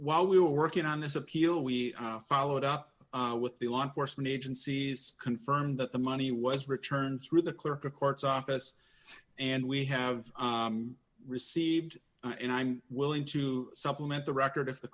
while we were working on this appeal we followed up with the law enforcement agencies confirmed that the money was returned through the clerk of courts office and we have received and i'm willing to supplement the record if the